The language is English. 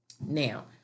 Now